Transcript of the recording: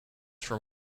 from